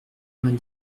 vingt